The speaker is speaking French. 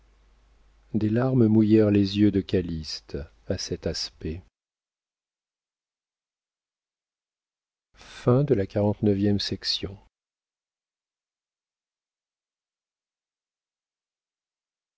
des larmes mouillèrent les yeux de calyste à cet aspect